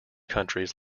countries